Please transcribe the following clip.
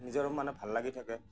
নিজৰো মানে ভাল লাগি থাকে